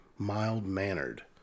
mild-mannered